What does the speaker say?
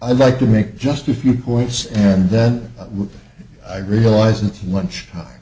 i'd like to make just a few points and then i realize it's lunch